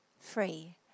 free